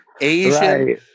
Asian